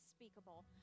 unspeakable